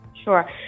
Sure